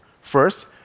First